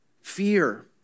fear